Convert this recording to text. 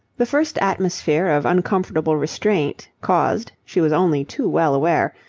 the first atmosphere of uncomfortable restraint, caused, she was only too well aware,